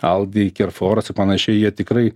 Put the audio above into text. aldi kerforas ir panašiai jie tikrai